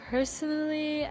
Personally